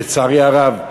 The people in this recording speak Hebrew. לצערי הרב,